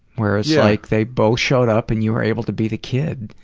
where it's like, they both showed up and you were able to be the kid.